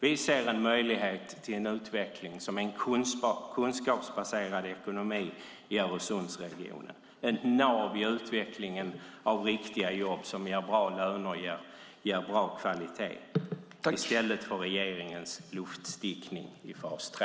Vi ser en möjlighet till en utveckling av en kunskapsbaserad ekonomi i Öresundsregionen, ett nav i utvecklingen av riktiga jobb som ger bra löner och bra kvalitet, i stället för regeringens luftstickning i fas 3.